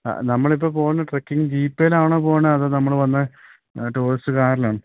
അ നമ്മളിപ്പോള് പോകുന്ന ട്രക്കിംഗ് ജീപ്പേലാണോ പോകുന്നത് അതോ നമ്മൾ വന്ന ടൂറിസ്റ്റ് കാറിലാണോ